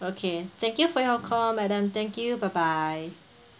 okay thank you for your call madam thank you bye bye